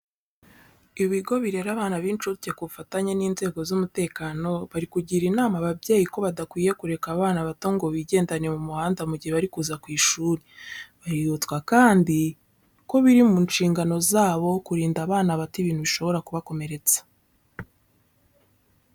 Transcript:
Ibigo birera abana b'incuke ku bufatanye n'inzego z'umutekano bari kugira inama ababyeyi ko badakwiye kureka ngo abana bato bigendane mu muhanda mu gihe bari kuza ku ishuri. Baributswa kandi ko biri mu nshingano zabo kurinda abana babo ibintu bishobora kubakomeretsa.